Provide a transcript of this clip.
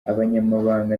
abanyamabanga